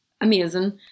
amazing